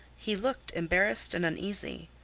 he looked embarrassed and uneasy.